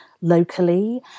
locally